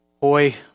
boy